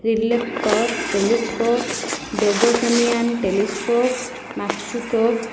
ରିଲେକଟଲ telescope Dobsonian telescope Maksutov